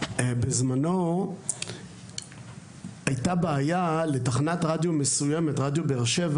בזמנו היתה בעיה לתחנת רדיו מסויימת, רדיו ב"ש,